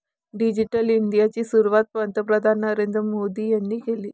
digital इंडियाची सुरुवात पंतप्रधान नरेंद्र मोदी यांनी केली